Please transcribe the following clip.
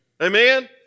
Amen